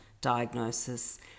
diagnosis